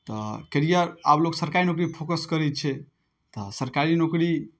तऽ कैरियर आब लोक सरकारी नौकरीपर फोकस करै छै तऽ सरकारी नौकरी